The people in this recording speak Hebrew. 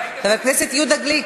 חבר הכנסת יהודה גליק,